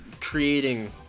creating